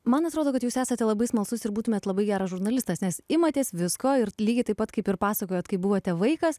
man atrodo kad jūs esate labai smalsus ir būtumėt labai geras žurnalistas nes imatės visko ir lygiai taip pat kaip ir pasakojot kai buvote vaikas